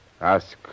Ask